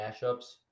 mashups